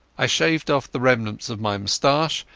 i shaved off the remnants of my moustache,